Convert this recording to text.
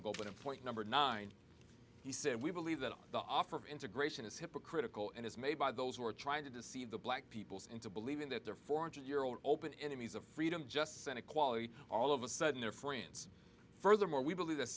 point number nine he said we believe that the offer of integration is hypocritical and is made by those who are trying to deceive the black peoples into believing that their four hundred year old open enemies of freedom justice and equality all of a sudden their friends furthermore we believe that